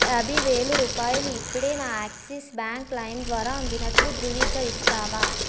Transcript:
యాభై వేలు రూపాయలు ఇప్పుడే నా యాక్సిస్ బ్యాంక్ లైమ్ ద్వారా అందినట్లు ధృవీకరిస్తావా